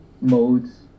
modes